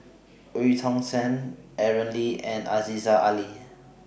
EU Tong Sen Aaron Lee and Aziza Ali